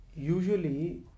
Usually